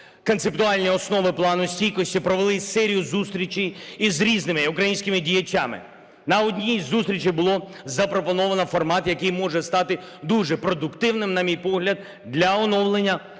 концептуальні основи Плану стійкості, провели серію зустрічей із різними українськими діячами. На одній із зустрічей було запропоновано формат, який може стати дуже продуктивним, на мій погляд, для оновлення